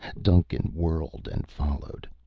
duncan whirled and followed.